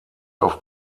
auf